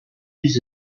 use